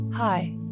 Hi